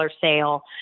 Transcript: sale